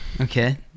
Okay